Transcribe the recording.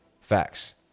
Facts